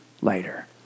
later